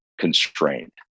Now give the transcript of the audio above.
constrained